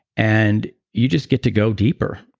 and you just get to go deeper.